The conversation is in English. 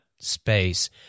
space